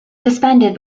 suspended